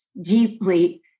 deeply